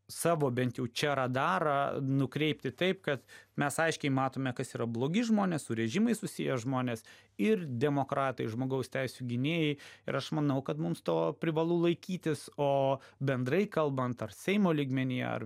savo bent jau čia radarą nukreipti taip kad mes aiškiai matome kas yra blogi žmonės su režimais susiję žmonės ir demokratai žmogaus teisių gynėjai ir aš manau kad mums to privalu laikytis o bendrai kalbant ar seimo lygmenyje ar